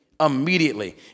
immediately